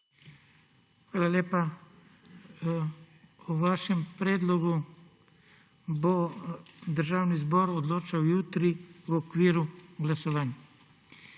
SIMONOVIČ:** O vašem predlogu bo Državni zbor odločil jutri v okviru glasovanju.